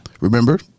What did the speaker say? Remember